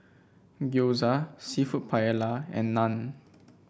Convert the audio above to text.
Gyoza seafood Paella and Naan